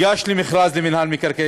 הזכויות שלו במקרקעין.